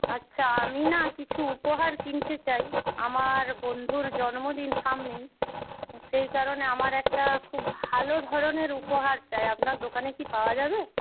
আচ্ছা আমি না কিছু উপহার কিনতে চাই আমার বন্ধুর জন্মদিন সামনেই সেই কারণে আমার একটা খুব ভালো ধরনের উপহার চাই আপনার দোকানে কি পাওয়া যাবে